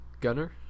gunner